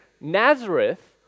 Nazareth